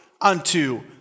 unto